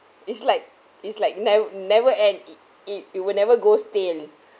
it's like it's like never never end it it it will never go stale